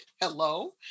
Hello